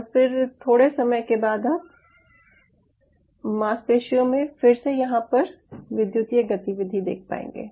और फिर थोड़े समय के बाद आप मांसपेशियों में फिर से यहाँ पर विद्युतीय गतिविधि देख पाएंगे